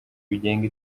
bigenga